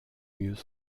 mieux